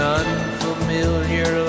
unfamiliar